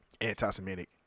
anti-Semitic